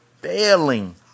failing